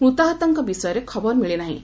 ମୃତାହତଙ୍କ ବିଷୟରେ ଖବର ମିଳି ନାହିଁ